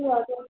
ए हजुर